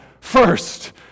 first